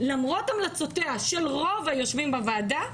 למרות המלצותיהם של רוב היושבים בוועדה,